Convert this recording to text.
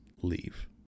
leave